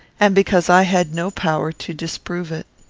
and because i had no power to disprove it.